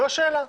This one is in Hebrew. זאת השאלה.